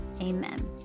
Amen